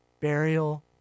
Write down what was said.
burial